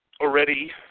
already